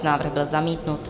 Návrh byl zamítnut.